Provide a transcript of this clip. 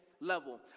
level